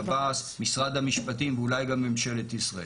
משרד המשפטים ואולי גם ממשלת ישראל,